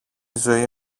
ζωή